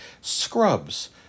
Scrubs